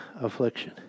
affliction